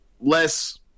less